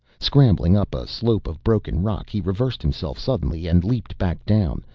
scrambling up a slope of broken rock he reversed himself suddenly and leaped back down.